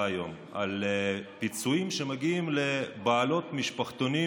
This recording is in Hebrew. היום על פיצויים שמגיעים לבעלות משפחתונים